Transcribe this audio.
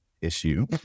issue